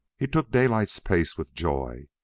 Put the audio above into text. he took daylight's pace with joy,